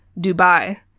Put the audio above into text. Dubai